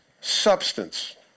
substance